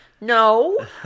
no